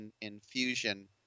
infusion